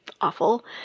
awful